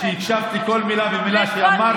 ואני מאמין שהקשבת לכל מילה ומילה שאמרתי,